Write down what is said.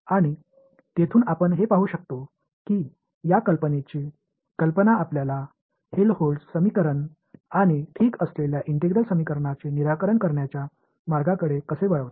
आणि तेथून आपण हे पाहू शकतो की या कल्पनेची कल्पना आपल्याला हेल्महोल्ट्ज समीकरण आणि ठीक असलेल्या इंटिग्रल समीकरणांचे निराकरण करण्याच्या मार्गांकडे कसे वळवते